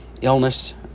illness